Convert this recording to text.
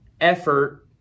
effort